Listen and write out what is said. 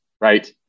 right